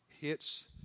hits